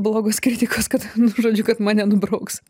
blogos kritikos kad nu žodžiu kad mane nubrauks